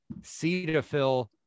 Cetaphil